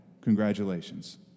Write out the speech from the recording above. Congratulations